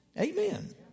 Amen